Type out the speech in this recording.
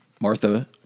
Martha